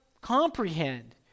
comprehend